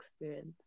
experience